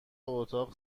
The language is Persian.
اتاق